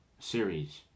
series